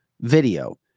video